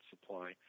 supply